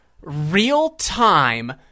Real-time